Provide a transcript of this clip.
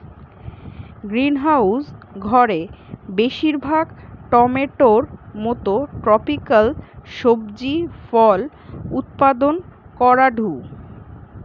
greenhouse ঘরে বেশিরভাগ টমেটোর মতো ট্রপিকাল সবজি ফল উৎপাদন করাঢু